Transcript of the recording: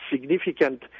significant